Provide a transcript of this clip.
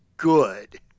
Good